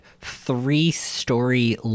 three-story